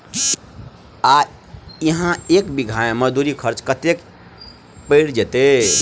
आ इहा एक बीघा मे मजदूरी खर्च कतेक पएर जेतय?